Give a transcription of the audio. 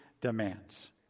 demands